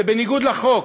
זה בניגוד לחוק.